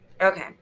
Okay